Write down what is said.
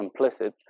complicit